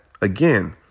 again